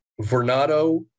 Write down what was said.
Vernado